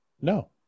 No